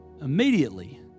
Immediately